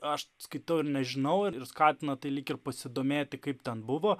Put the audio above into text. aš kitur nežinau ir skatina tai lyg ir pasidomėti kaip ten buvo